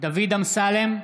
אמסלם,